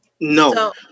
No